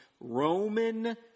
Roman